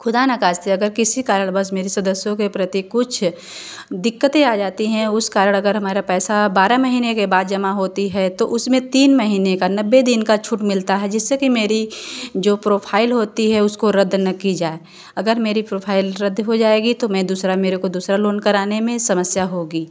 खुदा ना ख़ास्ता अगर किसी कारण बस मेरी सदस्यों के प्रति कुछ दिक्कतें आ जाती हैं उस कारण अगर हमारा पैसा बारह महीने के बाद जमा होता है तो उस में तीन महीने का नब्बे दिन का छूट मिलता है जिससे कि मेरी जो प्रोफाइल होती है उसको रद्द ना की जाए अगर मेरी प्रोफाइल रद्द हो जाएगी तो मैं दूसरा मेरे को दूसरा लोन कराने में समस्या होगी